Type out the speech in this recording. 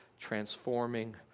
transforming